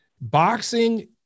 boxing